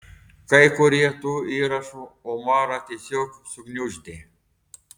kai kurie tų įrašų omarą tiesiog sugniuždė